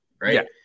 right